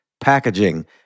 packaging